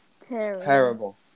Terrible